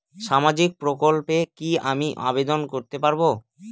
সামাজিক প্রকল্পে কি আমি আবেদন করতে পারবো?